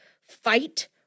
fight